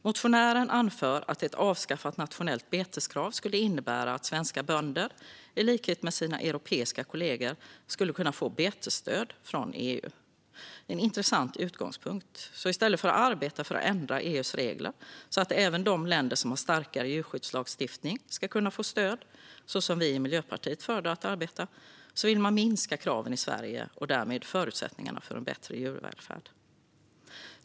Motionärerna anför att ett avskaffat nationellt beteskrav skulle innebära att svenska bönder, i likhet med sina europeiska kollegor, skulle kunna få betesstöd från EU. Det är en intressant utgångspunkt. I stället för att arbeta för att ändra EU:s regler, så att även de länder som har starkare djurskyddslagstiftning ska kunna få stöd, som vi i Miljöpartiet föredrar att arbeta, vill man minska kraven i Sverige och därmed förutsättningarna för en bättre djurvälfärd.